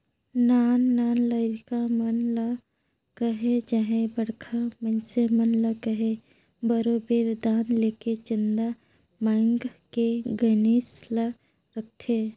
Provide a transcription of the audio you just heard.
नान नान लरिका मन ल कहे चहे बड़खा मइनसे मन ल कहे बरोबेर दान लेके चंदा मांएग के गनेस ल रखथें